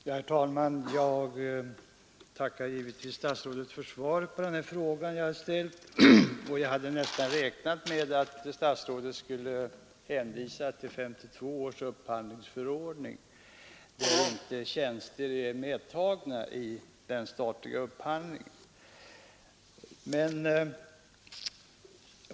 Herr talman! Jag tackar givetvis statsrådet för svaret på den fråga jag har ställt. Jag hade nästan räknat med att statsrådet skulle hänvisa till 1952 års upphandlingsförordning, där tjänster inte är medtagna i den statliga upphandlingen.